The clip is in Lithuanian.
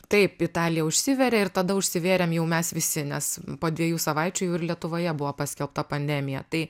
taip italija užsiveria ir tada užsivėrėm jau mes visi nes po dviejų savaičių jau ir lietuvoje buvo paskelbta pandemija tai